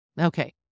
Okay